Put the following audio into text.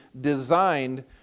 designed